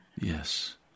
Yes